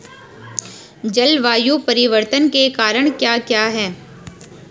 जलवायु परिवर्तन के कारण क्या क्या हैं?